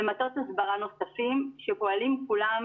ומטות הסברה נוספים שפועלים כולם